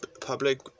public